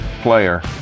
player